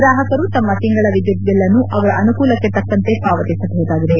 ಗ್ರಾಹಕರು ತಮ್ಮ ತಿಂಗಳ ವಿದ್ದುತ್ ಬಿಲ್ಅನ್ನು ಅವರ ಅನುಕೂಲಕ್ಷೆ ತಕ್ಕಂತೆ ಪಾವತಿಸಬಹುದಾಗಿದೆ